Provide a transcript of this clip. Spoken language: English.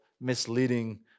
misleading